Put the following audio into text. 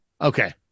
Okay